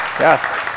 yes